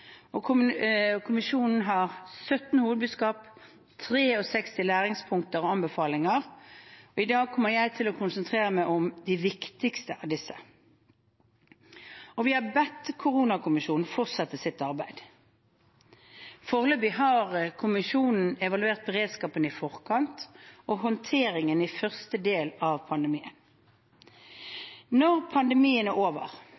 Kommisjonen har 17 hovedbudskap og 63 læringspunkt og anbefalinger. I dag kommer jeg til å konsentrere meg om de viktigste av disse. Vi har bedt koronakommisjonen fortsette sitt arbeid. Foreløpig har kommisjonen evaluert beredskapen i forkant og håndteringen i første del av pandemien. Når pandemien er over,